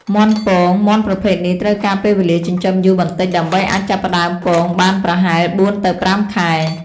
មាន់ពង មាន់ប្រភេទនេះត្រូវការពេលវេលាចិញ្ចឹមយូរបន្តិចដើម្បីអាចចាប់ផ្តើមពងបាន ប្រហែល ៤ ទៅ ៥ ខែ។